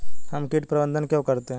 हम कीट प्रबंधन क्यों करते हैं?